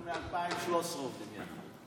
אנחנו מ-2013 עובדים יחד.